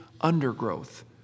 undergrowth